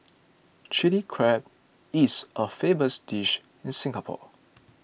Chilli Crab is a famous dish in Singapore